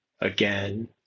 again